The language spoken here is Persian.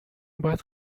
باید